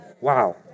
Wow